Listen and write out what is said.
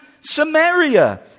Samaria